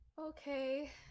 Okay